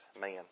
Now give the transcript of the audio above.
man